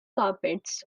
carpets